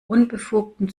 unbefugten